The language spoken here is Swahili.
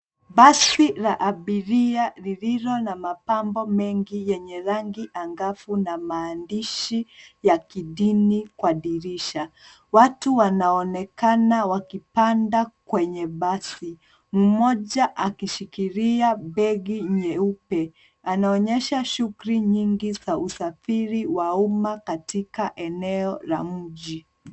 Basi la abiria lililo na mapambo mengi yenye rangi angavu na maandishi ya kidini kwa dirisha. Watu wanaonekana wakipanda kwenye basi, mmoja akishikilia begi nyeupe. Anaonyesha shughuli nyingi za usafiri wa umma katika eneo la mji.